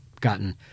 gotten